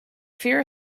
fear